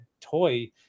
toy